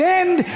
end